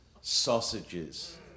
sausages